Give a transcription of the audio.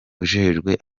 ujejwe